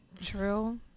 true